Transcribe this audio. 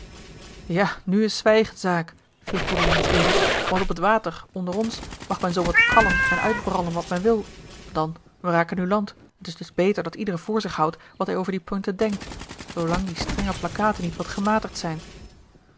ja nu is zwijgen zaak viel goedelijns in want op t water onder ons mag men zoo wat kallen en uitbrullen wat men wil dan wij raken nu land en t is dus beter dat ieder voor zich houdt wat hij over die poincten denkt zoolang die strenge plakkaten niet wat gematigd zijn